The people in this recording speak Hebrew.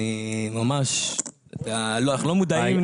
אנחנו לא מודעים,